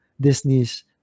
Disney's